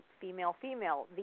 female-female